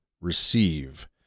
receive